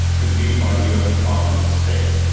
convened by the us department of state,